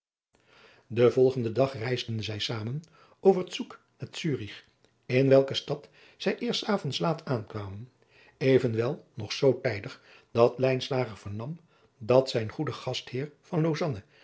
den volgenden dag reisden zij zamen over zug naar zurich in welke stad zij eerst savonds laat aankwamen evenwel nog zoo tijdig dat lijnslager vernam dat zijn goede gastheer van